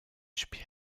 spiel